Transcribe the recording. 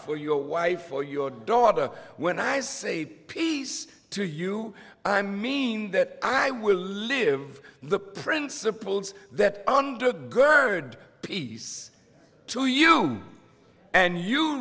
for your wife or your daughter when i say peace to you i mean that i will live the principles that undergird peace to you and you